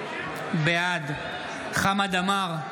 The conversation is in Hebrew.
בעד חמד עמאר,